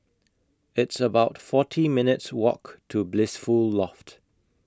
It's about forty minutes' Walk to Blissful Loft